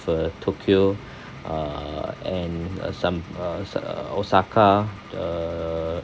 a tokyo uh and uh some osa~ uh osaka uh